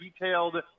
detailed